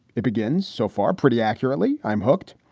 it begins so far pretty accurately. i'm hooked.